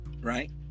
right